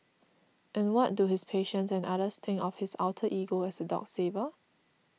and what do his patients and others think of his alter ego as a dog saver